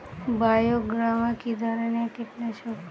বায়োগ্রামা কিধরনের কীটনাশক?